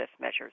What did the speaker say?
measures